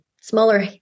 smaller